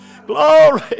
Glory